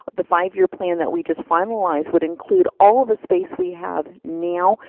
but the five year plan that we just finalized would include all of the space we have now,